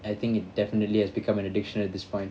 I think it definitely has become an addiction at this point